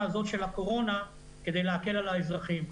הזו של הקורונה כדי להקל על האזרחים.